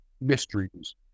mysteries